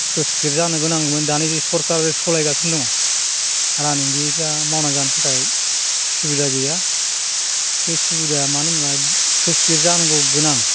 sluice gate जानोगोनांमोन दानि जि सरखार सालायगासिनो दङ रानिं बे दा मावना जानो थाखाय सुबिदा गैया बे सुबिदाया मानो होनब्ला स्लुइस गेट जानांगौ गोनां